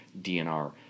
DNR